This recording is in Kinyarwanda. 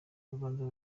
urubanza